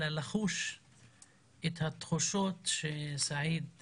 אלא לחוש את התחושות שסעיד הרגיש.